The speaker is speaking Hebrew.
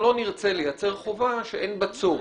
אנחנו לא נרצה לייצר חובה שאין בה צורך.